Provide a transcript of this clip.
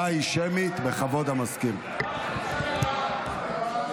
אני חוזר עוד